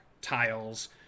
tiles